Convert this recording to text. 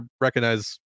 recognize